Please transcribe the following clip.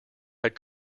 had